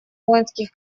воинских